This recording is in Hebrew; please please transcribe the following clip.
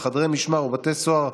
גבירותיי ורבותיי,